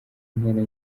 ntera